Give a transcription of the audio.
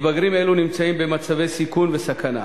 מתבגרים אלו נמצאים במצבי סיכון וסכנה,